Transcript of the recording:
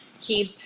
keep